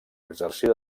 exercir